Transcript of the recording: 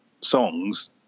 songs